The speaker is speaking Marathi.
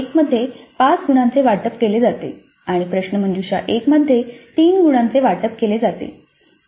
चाचणी 1 मध्ये 5 गुणांचे वाटप केले जाते आणि प्रश्नमंजुषा 1 मध्ये 3 गुणांचे वाटप केले जाते